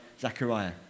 Zechariah